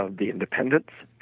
ah the independence,